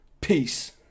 Peace